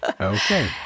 Okay